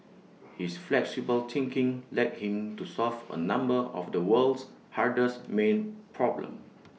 his flexible thinking led him to solve A number of the world's hardest main problems